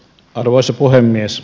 arvoisa puhemies